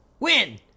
Win